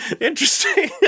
Interesting